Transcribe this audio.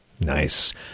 Nice